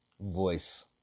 voice